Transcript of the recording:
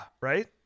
right